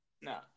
No